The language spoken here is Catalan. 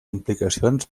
implicacions